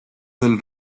del